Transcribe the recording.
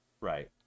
Right